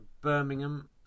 Birmingham